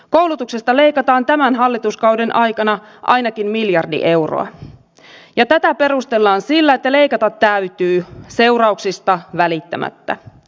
koulutuksesta leikataan tämän hallituskauden aikana ainakin miljardi euroa ja tätä perustellaan sillä että leikata täytyy seurauksista välittämättä